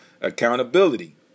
accountability